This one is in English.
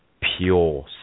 pure